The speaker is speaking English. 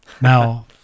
Now